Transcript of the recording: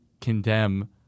condemn